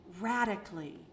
radically